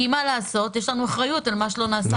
יש לנו אחריות על מה שלא נעשה קודם.